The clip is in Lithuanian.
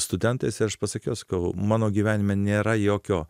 studentais aš pasakiau sakiau kad mano gyvenime nėra jokio